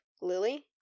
Lily